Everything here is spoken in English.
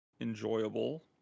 enjoyable